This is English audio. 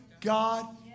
God